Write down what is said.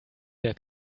der